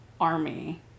army